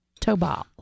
Tobal